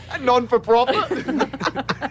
Non-for-profit